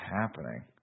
happening